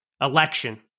election